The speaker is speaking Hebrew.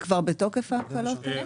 בוודאי.